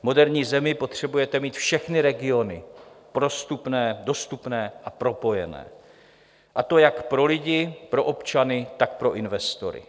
V moderní zemi potřebujete mít všechny regiony prostupné, dostupné a propojené, a to jak pro lidi, pro občany, tak pro investory.